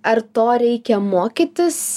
ar to reikia mokytis